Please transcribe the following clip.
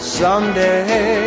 someday